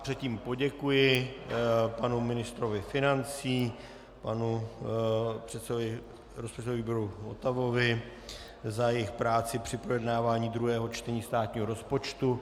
Předtím poděkuji panu ministrovi financí, panu předsedovi rozpočtového výboru Votavovi za jejich práci při projednávání druhého čtení státního rozpočtu.